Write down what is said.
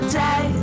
day